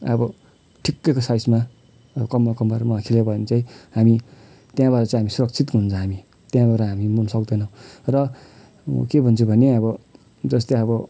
अब ठिक्कैको साइजमा अब कम्मर कम्मरमा खेल्यो भने चाहिँ हामी त्यहाँबाट चाहिँ हामी सुरक्षित हुन्छ हामी त्यहाँबाट हामी मर्नु सक्दैन र म के भन्छु भने अब जस्तै अब